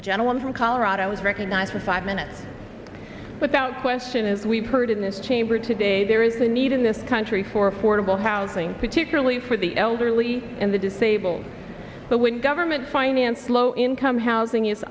the gentleman from colorado is recognized for five minutes without question as we've heard in this chamber today there is a need in this country for affordable housing particularly the for the elderly and the disabled but when government finance low income housing is